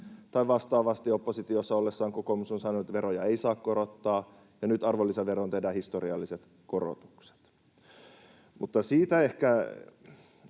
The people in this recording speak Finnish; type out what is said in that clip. Tai vastaavasti oppositiossa ollessaan kokoomus on sanonut, että veroja ei saa korottaa, ja nyt arvonlisäveroon tehdään historialliset korotukset. Mutta ehkä